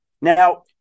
Now